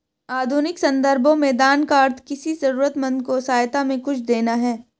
आधुनिक सन्दर्भों में दान का अर्थ किसी जरूरतमन्द को सहायता में कुछ देना है